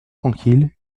tranquille